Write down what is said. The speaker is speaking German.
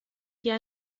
hier